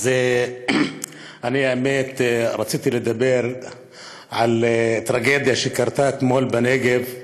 האמת היא שרציתי לדבר על טרגדיה שקרתה אתמול בנגב,